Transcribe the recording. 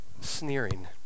sneering